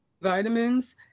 vitamins